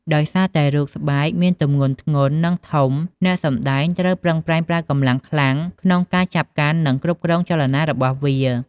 ដោយសារតែរូបស្បែកមានទម្ងន់ធ្ងន់ និងធំ អ្នកសម្តែងត្រូវប្រឹងប្រែងប្រើកម្លាំងខ្ខ្លាំងក្នុងការចាប់កាន់ និងគ្រប់គ្រងចលនារបស់វា។